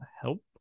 help